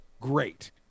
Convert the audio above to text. great